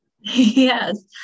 Yes